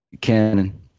Canon